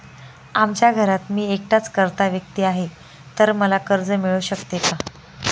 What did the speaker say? आमच्या घरात मी एकटाच कर्ता व्यक्ती आहे, तर मला कर्ज मिळू शकते का?